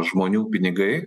žmonių pinigai